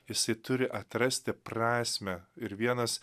jisai turi atrasti prasmę ir vienas